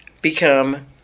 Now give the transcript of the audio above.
become